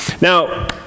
Now